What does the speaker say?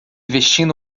vestindo